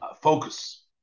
focus